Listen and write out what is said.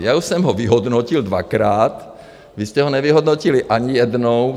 Já už jsem ho vyhodnotil dvakrát, vy jste ho nevyhodnotili ani jednou.